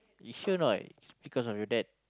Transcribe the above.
you sure not because of your dad